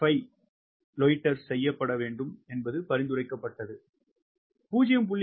5 loiter செய்ய பட வேண்டும் பரிந்துரைக்கப்பட்டது 0